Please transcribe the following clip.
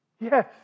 Yes